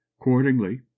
accordingly